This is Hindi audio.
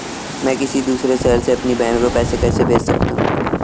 मैं किसी दूसरे शहर से अपनी बहन को पैसे कैसे भेज सकता हूँ?